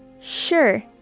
sure